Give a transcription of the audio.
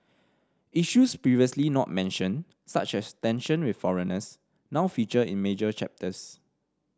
issues previously not mentioned such as tension with foreigners now feature in major chapters